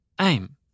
AIM